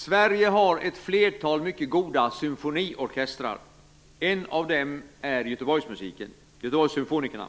Sverige har ett flertal mycket goda symfonikorkestrar. En av dem är Göteborgssymfonikerna.